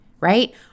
right